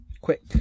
Quick